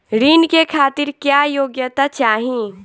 ऋण के खातिर क्या योग्यता चाहीं?